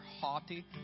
haughty